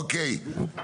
אוקי,